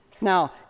Now